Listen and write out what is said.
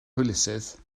hwylusydd